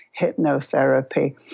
hypnotherapy